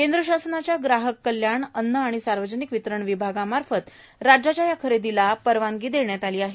केंद्र शासनाच्या ग्राहक कल्याण अन्न व सार्वजनिक वितरण विभागामार्फत राज्यात हया खरेदीला परवानगी देण्यात आली आहे